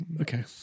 Okay